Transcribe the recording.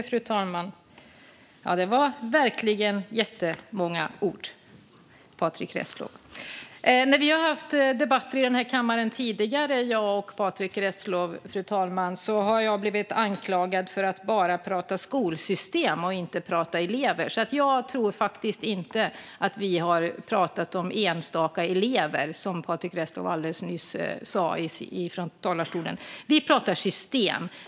Fru talman! Det var verkligen jättemånga ord, Patrick Reslow. När jag och Patrick Reslow har haft debatter i denna kammare tidigare, fru talman, har jag blivit anklagad för att bara prata skolsystem och inte prata elever. Därför tror jag faktiskt inte att vi har pratat om enstaka elever, som Patrick Reslow alldeles nyss sa från talarstolen. Vi pratar system.